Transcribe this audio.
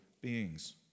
beings